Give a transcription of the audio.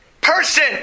person